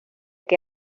que